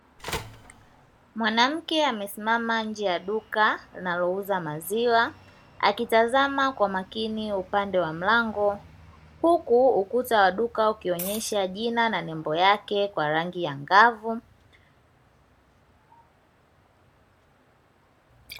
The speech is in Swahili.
Mwanamke amesimama nje ya duka linalouza maziwa akitazama kwa makini upande wa mlango, huku ukuta waduka ukionyesha jina na nembo yake kwa rangi angavu.